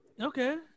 Okay